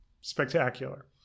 spectacular